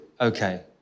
okay